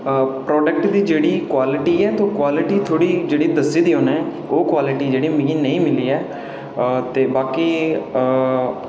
product दी जेह्ड़ी quality ऐ क्वालिटी थोह्ड़ी जेह्ड़ी दस्सी दी उने ओह् क्वालिटी जेह्ड़ी मिगी नेईं मिली ऐ ते बाकी